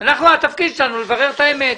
התפקיד שלנו הוא לברר את האמת.